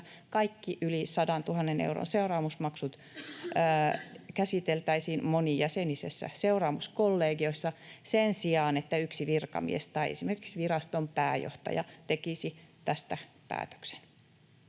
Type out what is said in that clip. kaikki yli 100 000 euron seuraamusmaksut käsiteltäisiin monijäsenisessä seuraamuskollegiossa sen sijaan, että yksi virkamies tai esimerkiksi viraston pääjohtaja tekisi tästä päätöksen.